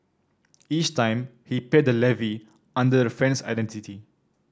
each time he paid the levy under the friend's identity